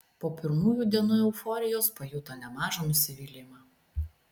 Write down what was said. po pirmųjų dienų euforijos pajuto nemažą nusivylimą